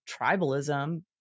tribalism